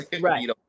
Right